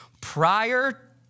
Prior